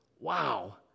Wow